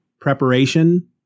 preparation